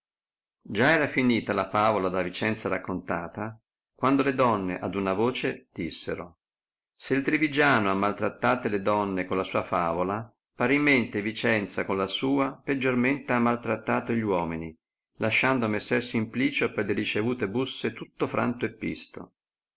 già era finita la favola da vicenza raccontata quando le donne ad una voce dissero se il trivigiano ha maltrattate le donne con la sua favola parimente vicenza con la sua peggiormente ha mal trattato gli uomini lasciando messer simplicio perle ricevute busse tutto franto e pisto